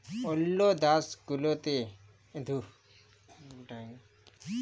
ওল্লো দ্যাশ গুলার ট্যাক্স যখল দিতে হ্যয় সেটা ইন্টারন্যাশনাল ট্যাক্সএশিন